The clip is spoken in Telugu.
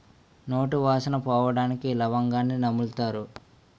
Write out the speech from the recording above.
నోటి వాసన పోవడానికి లవంగాన్ని నములుతారు